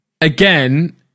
Again